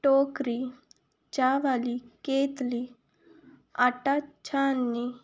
ਟੋਕਰੀ ਚਾਹ ਵਾਲੀ ਕੇਤਲੀ ਆਟਾ ਛਾਨਣੀ